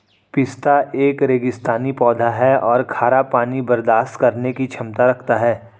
पिस्ता एक रेगिस्तानी पौधा है और खारा पानी बर्दाश्त करने की क्षमता रखता है